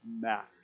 matters